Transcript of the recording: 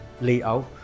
layout